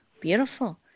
beautiful